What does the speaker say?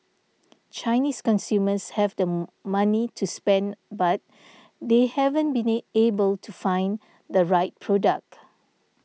Chinese consumers have the money to spend but they haven't been A able to find the right product